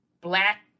black